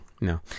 no